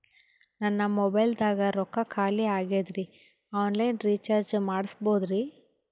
ನನ್ನ ಮೊಬೈಲದಾಗ ರೊಕ್ಕ ಖಾಲಿ ಆಗ್ಯದ್ರಿ ಆನ್ ಲೈನ್ ರೀಚಾರ್ಜ್ ಮಾಡಸ್ಬೋದ್ರಿ?